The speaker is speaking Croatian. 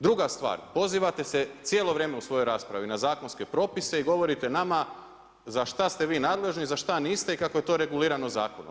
Druga stvar, pozivate se cijelo vrijeme u svojoj raspravi na zakonske propise i govorite nama za šta ste vi nadležni, za šta niste i kako je to regulirano zakonom.